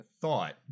thought